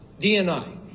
DNI